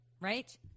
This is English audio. right